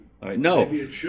No